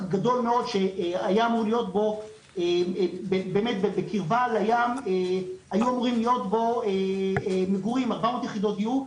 גדול מאוד שהיה אמור בקרבה לים 400 יחידות דיור,